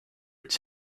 its